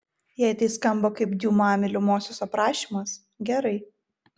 jei tai skamba kaip diuma mylimosios aprašymas gerai